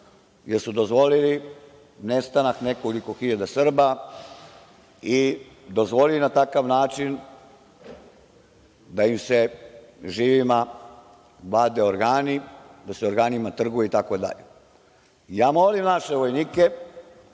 jer su dozvolili nestanak nekoliko hiljada Srba i dozvolili na takav način da im se živima vade organi, da se organima trguje itd. Molim naše vojnike